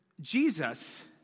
Jesus